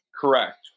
Correct